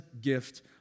gift